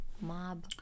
Mob